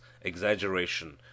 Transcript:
exaggeration